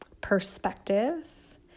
perspective